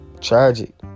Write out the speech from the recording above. Tragic